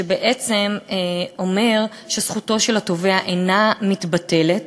ובעצם זה אומר שזכותו של התובע אינה מתבטלת,